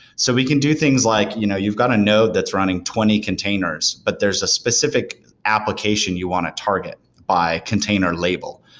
so we can do things like you know you've got a node that's running twenty containers, but there's a specific application you want to target by container label.